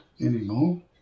anymore